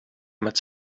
met